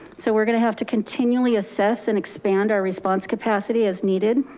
so we're going to have to continually assess and expand our response capacity as needed.